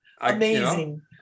amazing